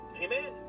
Amen